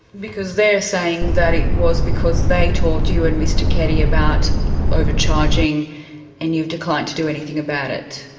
because they're saying that it was because they told you and mr keddie about overcharging and you've declined to do anything about it.